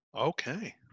Okay